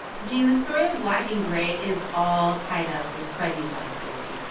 gene, the story of black-and-gray is all tied up with freddy's life story.